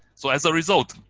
so as a result,